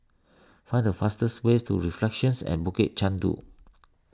find the fastest ways to Reflections at Bukit Chandu